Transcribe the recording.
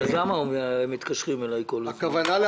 אז למה מתקשרים אליי כל הזמן?